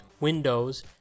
Windows